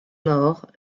morts